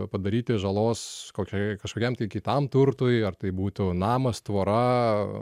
padaryti žalos kokiai kažkokiam tai kitam turtui ar tai būtų namas tvora